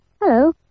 hello